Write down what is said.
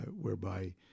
whereby